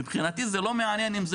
מבחינתי זה לא מעניין אם זה